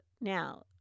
now